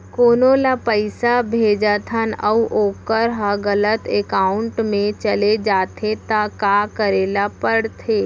कोनो ला पइसा भेजथन अऊ वोकर ह गलत एकाउंट में चले जथे त का करे ला पड़थे?